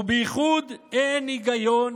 ובייחוד אין היגיון,